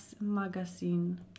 magazine